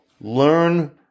learn